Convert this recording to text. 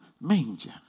manger